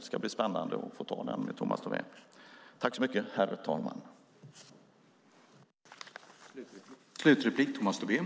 Det ska bli spännande att få ta den med Tomas Tobé.